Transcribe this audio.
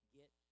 get